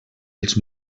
els